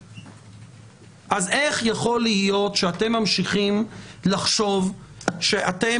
איך יכול להיות שאתם ממשיכים לחשוב שאתם